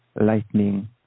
lightning